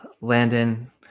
Landon